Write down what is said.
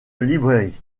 librairie